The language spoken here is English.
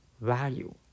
value